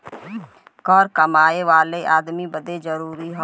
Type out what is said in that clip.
कर कमाए वाले अदमी बदे जरुरी हौ